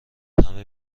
همه